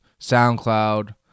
SoundCloud